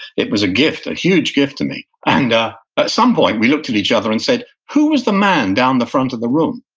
it was a gift, a huge gift to me. and at some point, we looked at each other and said, who was the man down the front of the room?